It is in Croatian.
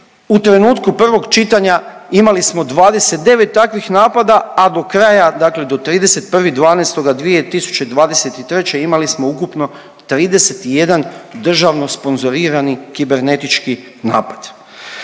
u trenutku prvog čitanja imali smo 29 takvih napada, a do kraja dakle do 31.12.2023. imali smo ukupno 31 državno sponzorirani kibernetički napad.